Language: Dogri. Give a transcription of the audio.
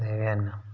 एह् बी हैन